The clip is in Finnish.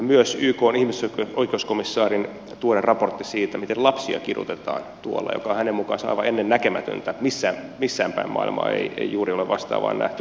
myös ykn ihmisoikeuskomissaarin tuore raportti kertoo siitä miten lapsia siellä kidutetaan mikä on hänen mukaansa aivan ennennäkemätöntä missäänpäin maailmaa ei juuri ole vastaavaa nähty